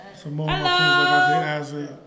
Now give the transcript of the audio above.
Hello